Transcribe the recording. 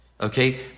Okay